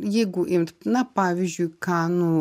jeigu imt na pavyzdžiui kanų